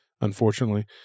unfortunately